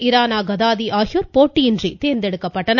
இரானா கதாதி ஆகியோர் போட்டியின்றி தேர்ந்தெடுக்கப்பட்டனர்